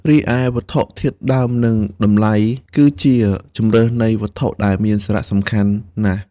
រីឯ វត្ថុធាតុដើម និងតម្លៃ គឺជាជម្រើសនៃវត្ថុដែលមានសារៈសំខាន់ណាស់។